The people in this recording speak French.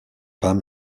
pam